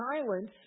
silence